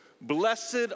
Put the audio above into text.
blessed